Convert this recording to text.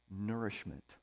nourishment